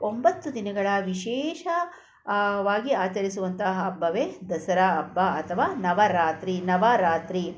ಒಂಬತ್ತು ದಿನಗಳ ವಿಶೇಷ ವಾಗಿ ಆಚರಿಸುವಂಥ ಹಬ್ಬವೇ ದಸರಾ ಹಬ್ಬ ಅಥವಾ ನವರಾತ್ರಿ ನವರಾತ್ರಿ